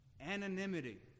anonymity